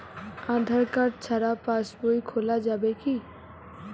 আধার card ছাড়া পাশবই খোলা যাবে কি?